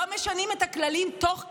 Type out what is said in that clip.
לא משנים את הכללים תוך כדי.